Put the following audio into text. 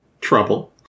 trouble